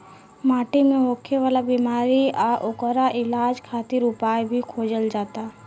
माटी मे होखे वाला बिमारी आ ओकर इलाज खातिर उपाय भी खोजल जाता